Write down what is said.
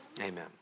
amen